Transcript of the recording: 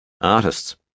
Artists